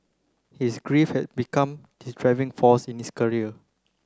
his grief had become his driving force in his career